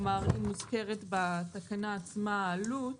אם מוזכרת בתקנה העלות,